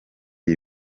iyi